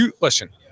Listen